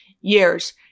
years